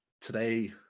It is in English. today